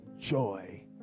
joy